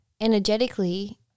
energetically